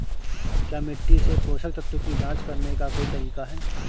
क्या मिट्टी से पोषक तत्व की जांच करने का कोई तरीका है?